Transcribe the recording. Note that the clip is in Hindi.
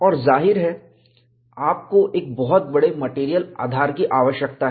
और जाहिर है आपको एक बहुत बड़े मेटेरियल आधार की आवश्यकता है